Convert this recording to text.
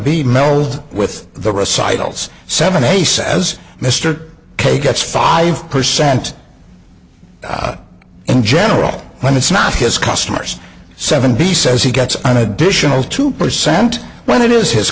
b mills with the recitals seven he says mr k gets five percent in general when it's not his customers seventy says he gets an additional two percent when it is his